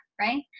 right